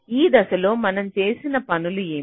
ఈ దశలో మనం చేసిన పనులు ఏమిటి